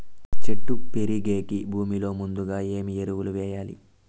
చెట్టు పెరిగేకి భూమిలో ముందుగా ఏమి ఎరువులు వేయాలి?